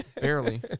Barely